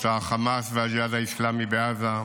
את החמאס והג'יהאד האסלאמי בעזה,